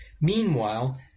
Meanwhile